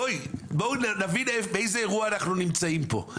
בואו נבין באיזה אירוע אנחנו נמצאים פה.